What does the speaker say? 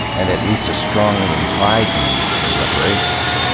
and at least a strongly implied need for reparations.